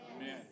Amen